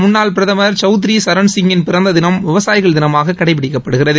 முன்னாள் பிரதமா் சவுத்ரி சரண்சிங்கின் பிறந்த தினம் விவசாயிகள் தினமாக கடைபிடிக்கப்படுகிறது